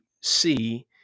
see